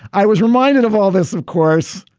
i was reminded of all this, of course,